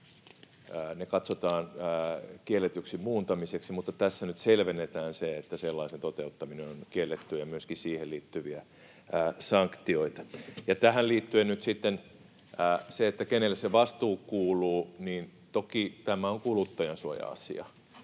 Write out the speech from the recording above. Ne katsotaan kielletyksi muuntamiseksi, mutta tässä nyt selvennetään, että sellaisen toteuttaminen on kiellettyä ja myöskin siihen liittyviä sanktioita. Tähän liittyen nyt sitten kenelle se vastuu kuuluu: Toki tämä on kuluttajansuoja-asia,